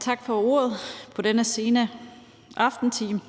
Tak for ordet i denne sene aftentime.